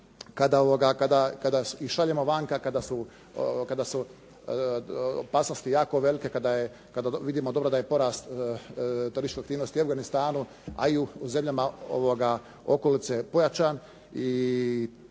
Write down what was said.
kada ih šaljemo vanka, kada su opasnosti jako velike, kada vidimo dobro da je porast terorističke aktivnosti u Afganistanu, a i u zemljama okolice pojačan i ljudi